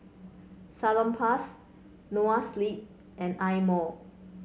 Salonpas Noa Sleep and Eye Mo